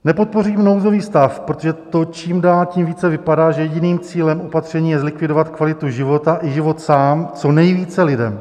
Nepodpořím nouzový stav, protože to čím dál tím více vypadá, že jediným cílem opatření je zlikvidovat kvalitu života i život sám co nejvíce lidem.